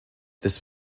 this